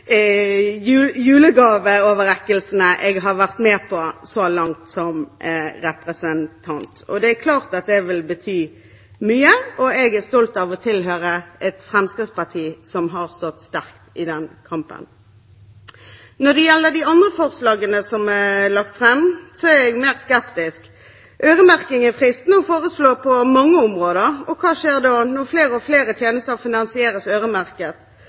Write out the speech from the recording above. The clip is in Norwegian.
julegaveoverrekkelsene jeg har vært med på så langt som representant. Det er klart at det vil bety mye, og jeg er stolt av å tilhøre et Fremskrittsparti som har stått sterkt i den kampen. Når det gjelder de andre forslagene som er lagt fram, er jeg mer skeptisk. Øremerking er fristende å foreslå på mange områder. Og hva skjer når flere og flere tjenester finansieres øremerket?